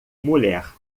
mulher